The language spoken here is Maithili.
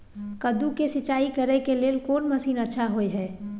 कद्दू के सिंचाई करे के लेल कोन मसीन अच्छा होय है?